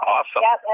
Awesome